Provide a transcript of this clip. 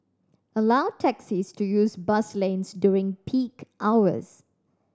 allow taxis to use bus lanes during peak hours